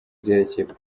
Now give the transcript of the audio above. byerekeye